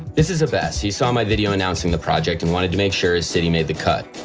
this is abess. he saw my video announcing the project and wanted to make sure his city made the cut.